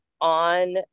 on